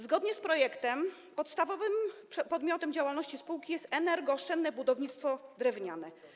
Zgodnie z projektem podstawowym przedmiotem działalności spółki jest energooszczędne budownictwo drewniane.